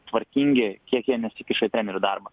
tvarkingi kiek jie nesikiša į trenerių darbą